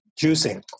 juicing